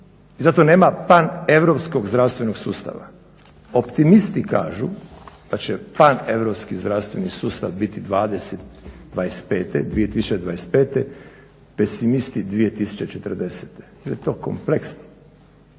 zato nema Pan-Europskog zdravstvenog sustava. optimisti kažu da će Pan-Europski zdravstveni sustav biti 2025. pesimisti 2040. Jer je to kompleksno.